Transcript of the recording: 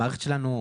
המערכת שלנו,